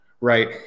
right